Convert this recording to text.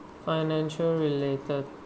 financial related